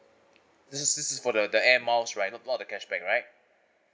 this is this is for the the air miles right not about the cashback right